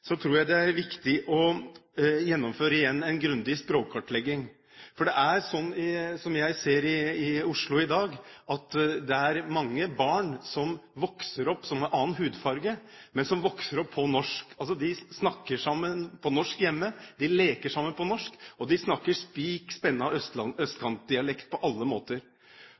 tror jeg det er viktig igjen å gjennomføre en grundig språkkartlegging, for det er slik, som jeg ser i Oslo i dag, at det er mange barn som vokser opp, som har annen hudfarge, men som vokser opp på norsk: De snakker sammen på norsk hjemme, de leker sammen på norsk, og de snakker spik, spenna østkantdialekt på alle måter.